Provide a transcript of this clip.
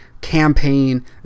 campaign